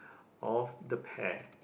of the pear